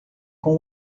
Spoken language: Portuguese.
com